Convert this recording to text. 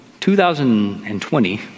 2020